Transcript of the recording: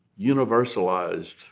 universalized